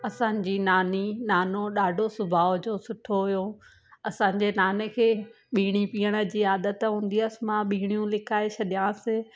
असांजी नानी नानो ॾाढो स्वभाव जो सुठो हुयो असांजे नाने खे बीड़ी पीअण जी आदत हूंदी हुयसि मां बीड़ियूं लिकाइ छॾियांसि